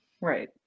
right